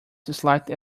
slightly